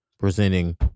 Presenting